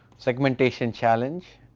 segmentation challenge,